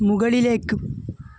മുകളിലേക്ക്